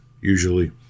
usually